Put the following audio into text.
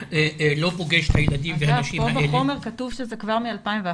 אגב, פה בחומר כתוב שזה כבר מ-2011.